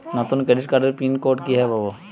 নতুন ক্রেডিট কার্ডের pin code কিভাবে পাব?